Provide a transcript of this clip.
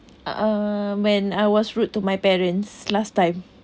uh err when I was rude to my parents last time